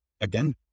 again